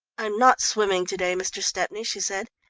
i'm not swimming to-day, mr. stepney, she said,